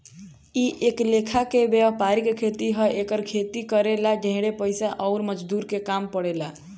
इ एक लेखा के वायपरिक खेती ह एकर खेती करे ला ढेरे पइसा अउर मजदूर के काम पड़ेला